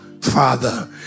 Father